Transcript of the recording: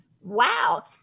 wow